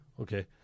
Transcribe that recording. okay